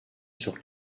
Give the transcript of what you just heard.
sur